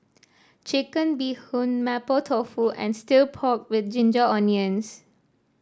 Chicken Bee Hoon Mapo Tofu and stir pork with Ginger Onions